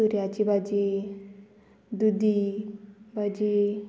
दुदयाची भाजी दुदी भाजी